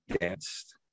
danced